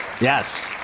Yes